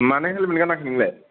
मानो हेलमेट गानाखै नोंलाय